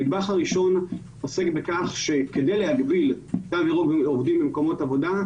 הנדבך הראשון עוסק בכך שכדי להגביל תו ירוק לעובדים במקומות עבודה,